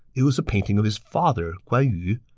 it was a painting of his father, guan yu!